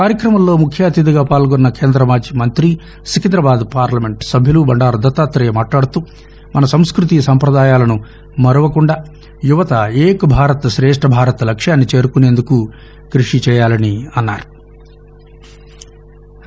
కార్యక్రమంలో ముఖ్య అతిథిగా పాల్గొన్న కేంద్ర మాజీ మంత్రి సికిందాబాద్ పార్లమెంట్ సభ్యులు బండారు దత్తాతేయ మాట్లాడుతూ మన సంస్కృతీ సంప్రదాయాలను మరువకుండా యువత ఏక్ భారత్ శేష్ణ భారత్ లక్ష్యాన్ని చేరుకునేందుకు కృషి చేయాలని అన్నారు